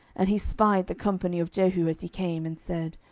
and he spied the company of jehu as he came, and said,